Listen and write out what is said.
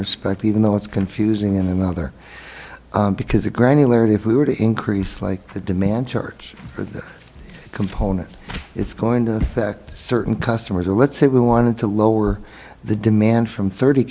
respect even though it's confusing in another because of granularity if we were to increase like the demand church for the components it's going to affect certain customers or let's say we wanted to lower the demand from thirty